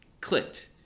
clicked